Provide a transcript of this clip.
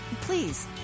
please